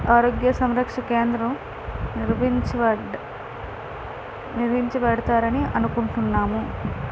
ఆరోగ్య సంరక్షణ కేంద్రం నిర్మించబడ్డ నిర్మించబడతారని అనుకుంటున్నాము